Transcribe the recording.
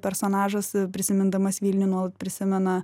personažas prisimindamas vilnių nuolat prisimena